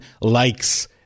likes